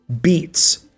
beats